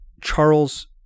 Charles